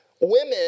Women